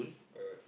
but